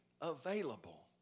Available